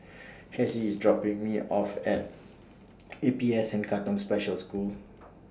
Hessie IS dropping Me off At A P S N Katong Special School